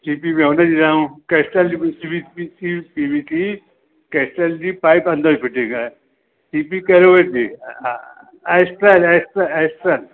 C P उनजी ॾियांव केस्टल जी C V C C V T केस्टल जी पाइप अंदरि फ़िटिंग आहे सी पी केरोविट जी एस्ट्रन एस्ट्रन एस्ट्रन